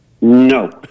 No